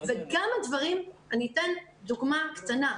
אני אתן דוגמה קטנה,